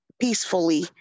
peacefully